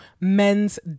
men's